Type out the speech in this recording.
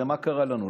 הרי מה קרה לנו,